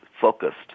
focused